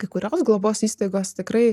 kai kurios globos įstaigos tikrai